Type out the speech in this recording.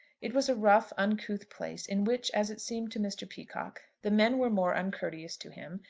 it was a rough, uncouth place, in which, as it seemed to mr. peacocke, the men were more uncourteous to him,